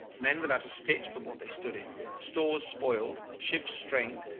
men without a stitch but what they stood in, stores spoiled, ship strained.